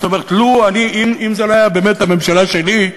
זאת אומרת, אם זו לא הייתה באמת הממשלה שלי,